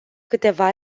câteva